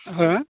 हो